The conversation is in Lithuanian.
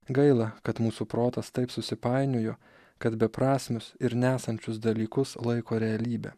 gaila kad mūsų protas taip susipainiojo kad beprasmius ir nesančius dalykus laiko realybe